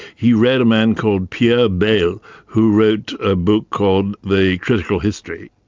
he read a man called pierre bayle who wrote a book called the critical history,